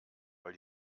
weil